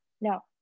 no